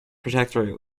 protectorate